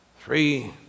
Three